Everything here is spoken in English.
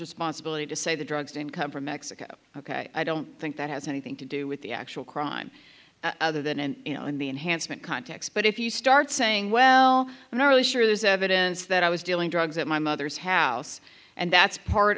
responsibility to say the drugs don't come from mexico ok i don't think that has anything to do with the actual crime other than and in the enhancement context but if you start saying well i'm not really sure there's evidence that i was dealing drugs at my mother's house and that's part